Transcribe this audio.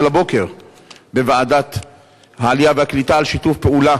הבוקר בוועדת העלייה והקליטה על שיתוף פעולה